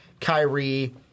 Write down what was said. Kyrie